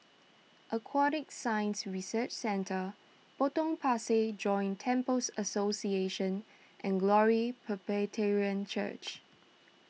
Aquatic Science Research Centre Potong Pasir Joint Temples Association and Glory Presbyterian Church